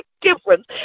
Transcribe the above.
difference